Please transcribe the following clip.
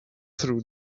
through